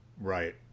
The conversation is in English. Right